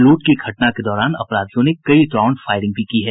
लूट की घटना के दौरान अपराधियों ने कई राउंड फायरिंग भी की है